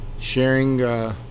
sharing